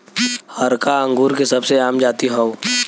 हरका अंगूर के सबसे आम जाति हौ